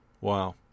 Wow